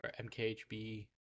MKHB